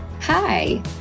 Hi